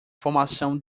formação